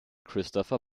christopher